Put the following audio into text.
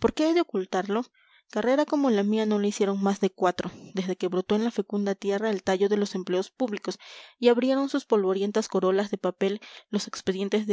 por qué he de ocultarlo carrera como la mía no la hicieron más de cuatro desde que brotó en la fecunda tierra el tallo de los empleos públicos y abrieron sus polvorientas corolas de papel los expedientes